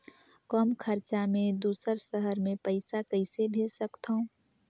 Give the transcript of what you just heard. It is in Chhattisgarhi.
कम खरचा मे दुसर शहर मे पईसा कइसे भेज सकथव?